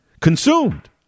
consumed